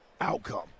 outcome